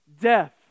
death